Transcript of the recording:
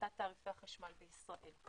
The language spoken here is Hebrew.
בהפחתת תעריפי החשמל בישראל.